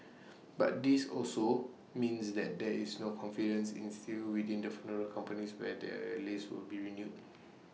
but this also means that there is no confidence instilled within the funeral companies whether their lease will be renewed